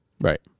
Right